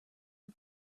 are